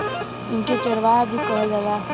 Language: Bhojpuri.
इनके चरवाह भी कहल जाला